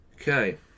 Okay